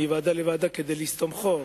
מוועדה לוועדה כדי לסתום חור,